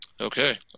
Okay